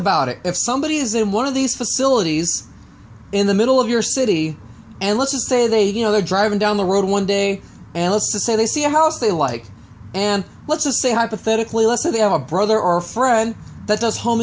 about it if somebody is in one of these facilities in the middle of your city and let's say they you know they're driving down the road one day and let's say they see a house they like and let's just say hypothetically let's say they have a brother or friend that does home